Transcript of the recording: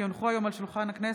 כי הונחו היום על שולחן הכנסת,